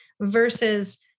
versus